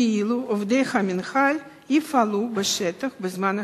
כאילו עובדי המינהל יפעלו בשטח בזמן חירום.